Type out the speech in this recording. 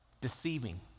deceiving